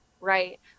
right